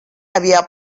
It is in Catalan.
havia